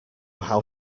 how